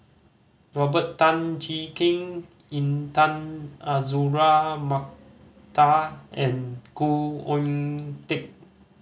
Robert Tan Jee Keng Intan Azura Mokhtar and Khoo Oon Teik